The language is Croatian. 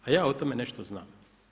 A ja o tome nešto znam.